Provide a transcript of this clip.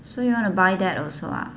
so you want to buy that also ah